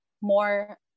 more